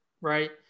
right